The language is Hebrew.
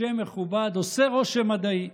שם מכובד, עושה רושם מדעי.